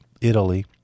Italy